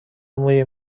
موی